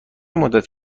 مدت